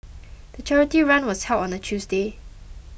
the charity run was held on a Tuesday